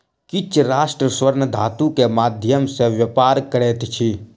किछ राष्ट्र स्वर्ण धातु के माध्यम सॅ व्यापार करैत अछि